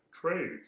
trades